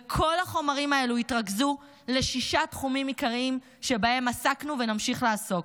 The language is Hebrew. וכל החומרים האלו התרכזו לשישה תחומים עיקריים שבהם עסקנו ונמשיך לעסוק: